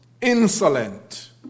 Insolent